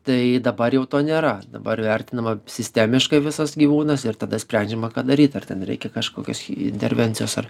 tai dabar jau to nėra dabar įvertinama sistemiškai visas gyvūnas ir tada sprendžiama ką daryt ar ten reikia kažkokios intervencijos ar